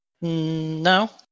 No